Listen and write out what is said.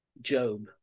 Job